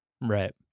Right